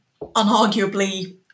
unarguably